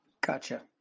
Gotcha